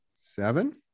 Seven